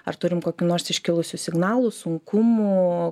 ar turim kokių nors iškilusių signalų sunkumų